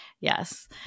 Yes